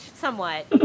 somewhat